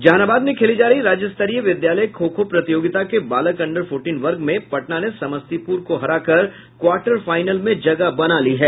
जहानाबाद में खेली जा रही राज्य स्तरीय विद्यालय खो खो प्रतियोगिता के बालक अंडर फोर्टीन वर्ग में पटना ने समस्तीपुर को हराकर क्वार्टर फाइनल में जगह बना ली है